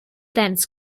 dense